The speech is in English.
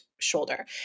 shoulder